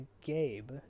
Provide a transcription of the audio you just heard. Gabe